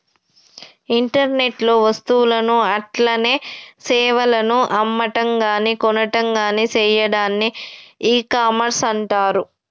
internet లో వస్తువులను అట్లనే సేవలను అమ్మటంగాని కొనటంగాని సెయ్యాడాన్ని ఇకామర్స్ అంటర్